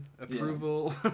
approval